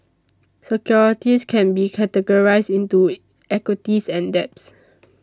securities can be categorized into equities and debts